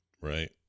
Right